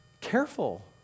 Careful